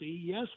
Yes